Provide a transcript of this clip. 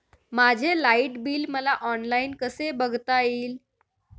माझे light bill मला online कसे बघता येईल?